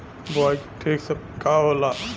बुआई के ठीक समय का होला?